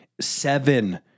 Seven